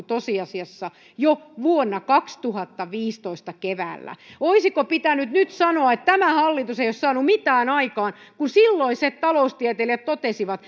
tosiasiassa jo vuonna kaksituhattaviisitoista keväällä olisiko pitänyt nyt sanoa että tämä hallitus ei ole saanut mitään aikaan kun silloiset taloustieteilijät totesivat